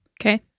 Okay